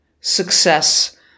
success